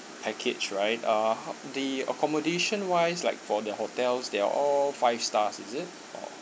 package right uh the accommodation wise like for the hotels there are all five stars is it